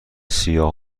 سیاه